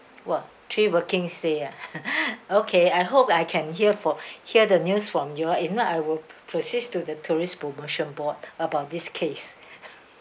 !wah! three working day ah okay I hope I can hear for hear the news from you all if not I will proceed to the tourist promotion board about this case